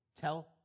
tell